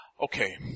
Okay